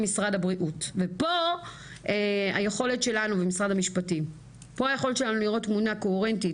משרד הבריאות ומשרד המשפטים ופה היכולת שלנו לראות תמונה קוהרנטית,